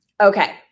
Okay